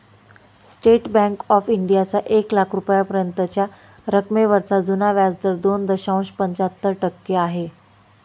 state Bank of इंडियाचा एक लाख रुपयांपर्यंतच्या रकमेवरचा जुना व्याजदर दोन दशांश पंच्याहत्तर टक्के आहे